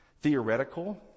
theoretical